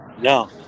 No